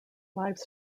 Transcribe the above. lives